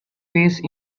face